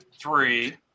Three